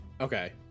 Okay